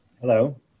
Hello